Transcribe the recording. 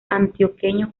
antioqueño